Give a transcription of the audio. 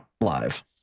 live